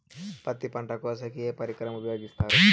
పత్తి పంట కోసేకి ఏ పరికరం ఉపయోగిస్తారు?